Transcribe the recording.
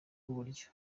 rw’iburyo